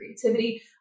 creativity